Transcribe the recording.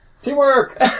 Teamwork